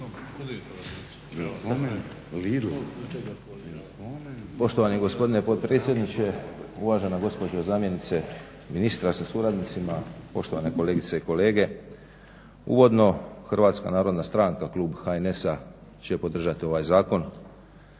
Hrvatska narodna stranka podržati ovaj zakon